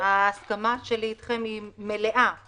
ההסכמה שלי איתכם היא מלאה כי